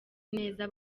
neza